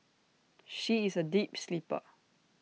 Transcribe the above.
she is A deep sleeper